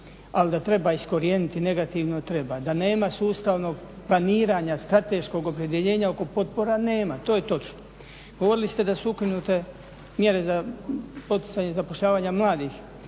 Ali da treba iskorijeniti negativno treba, da nema sustavnog planiranja, strateškog opredjeljenja potpora, nema. To je točno. Govorili ste da su ukinute mjere za poticanje zapošljavanja mladih.